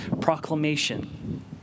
proclamation